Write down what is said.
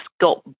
got